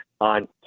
on